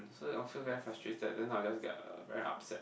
so often very frustrated then I will just get uh very upset